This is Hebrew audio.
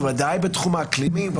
בוודאי בתחום האקלימי,